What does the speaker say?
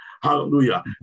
Hallelujah